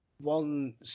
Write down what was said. one